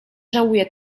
żałuję